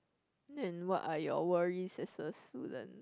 and what are your worries as a student